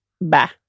Bah